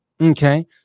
Okay